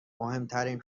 مهمترین